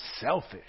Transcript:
selfish